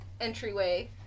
entryway